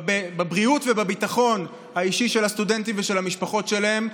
הבריאות והביטחון האישי של הסטודנטים ושל המשפחות שלהם.